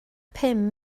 pum